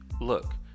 look